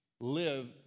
live